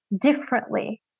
differently